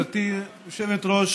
גברתי היושבת-ראש,